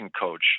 coach